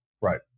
Right